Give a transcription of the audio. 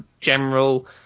general